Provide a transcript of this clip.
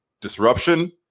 disruption